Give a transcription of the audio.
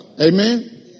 Amen